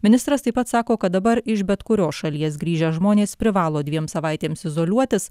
ministras taip pat sako kad dabar iš bet kurios šalies grįžę žmonės privalo dviem savaitėms izoliuotis